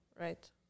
right